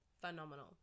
phenomenal